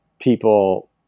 people